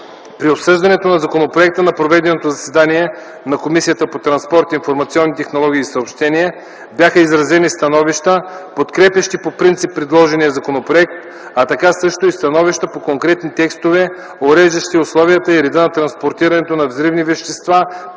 При обсъждането на законопроекта на проведеното заседание на Комисията по транспорт, информационни технологии и съобщения бяха изразени становища, подкрепящи по принцип предложения законопроект, а така също и становища по конкретни текстове, уреждащи условията и реда за транспортирането на взривни вещества,